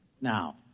Now